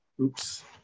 Oops